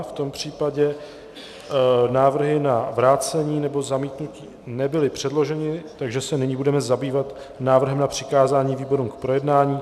V tom případě návrhy na vrácení nebo zamítnutí nebyly předloženy, takže se nyní budeme zabývat návrhem na přikázání výborům k projednání.